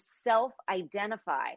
self-identify